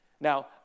Now